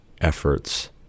efforts